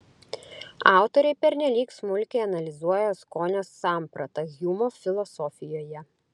autoriai pernelyg smulkiai analizuoja skonio sampratą hjumo filosofijoje